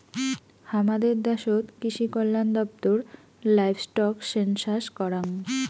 হামাদের দ্যাশোত কৃষিকল্যান দপ্তর লাইভস্টক সেনসাস করাং